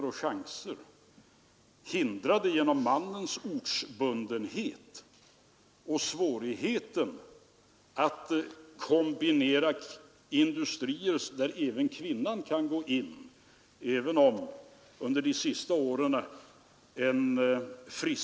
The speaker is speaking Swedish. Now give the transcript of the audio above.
Den här förändringen har sina naturliga förklaringar och är ett resultat av många transaktioner; jag skall nämna några.